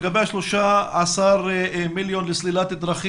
לגבי ה-13 מיליון לסלילת דרכים,